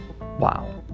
Wow